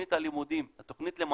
התוכנית שהכנתם לבית הספר,